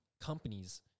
companies